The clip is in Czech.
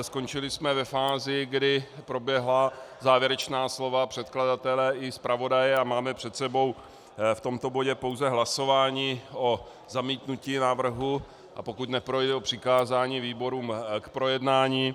Skončili jsme ve fázi, kdy proběhla závěrečná slova předkladatele i zpravodaje, a máme před sebou v tomto bodě pouze hlasování o zamítnutí návrhu, a pokud neprojde, o přikázání výborům k projednání.